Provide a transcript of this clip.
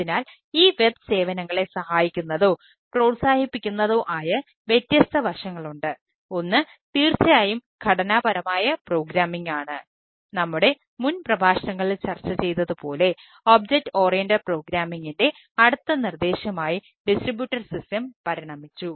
അതിനാൽ ഈ വെബ് പരിണമിച്ചു